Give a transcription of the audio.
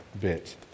bit